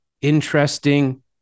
interesting